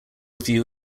view